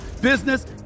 business